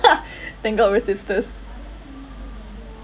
thank god we're sisters